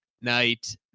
night